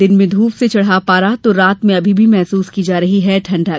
दिन में धूप से चढ़ा पारा तो रात में अभी भी महसूस की जा रही है ठंडक